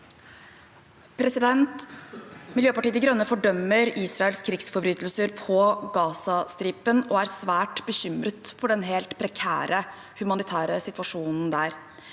Mil- jøpartiet De Grønne fordømmer Israels krigsforbrytelser på Gazastripen og er svært bekymret for den helt prekære humanitære situasjonen der.